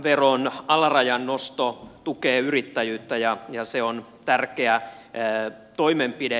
arvonlisäveron alarajan nosto tukee yrittäjyyttä ja se on tärkeä toimenpide